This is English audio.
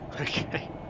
Okay